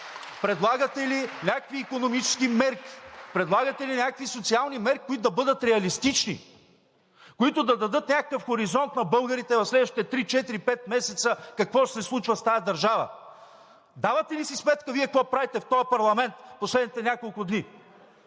Предлагате ли някакви икономически мерки? Предлагате ли някакви социални мерки, които да бъдат реалистични, които да дадат някакъв хоризонт на българите в следващите три-четири-пет месеца и какво ще се случва с тази държава? Давате ли си сметка Вие какво правите в този парламент в последните няколко дни,